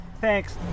thanks